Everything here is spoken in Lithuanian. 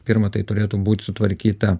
pirma tai turėtų būt sutvarkyta